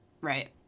right